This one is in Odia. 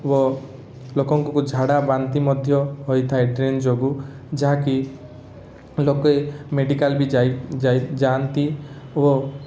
ଓ ଲୋକଙ୍କୁ ଝାଡ଼ା ବାନ୍ତି ମଧ୍ୟ ହୋଇଥାଏ ଡ୍ରେନ୍ ଯୋଗୁଁ ଯାହାକି ଲୋକେ ମେଡ଼ିକାଲ୍ ବି ଯାଆନ୍ତି ଓ